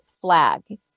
flag